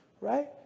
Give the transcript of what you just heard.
right